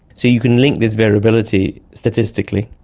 so you can link this variability statistically,